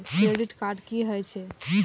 Credit card की हे छे?